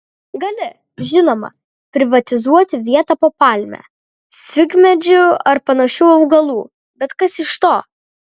gali žinoma privatizuoti vietą po palme figmedžiu ar panašiu augalu bet kas iš to